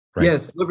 yes